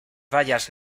bayas